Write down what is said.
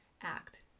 act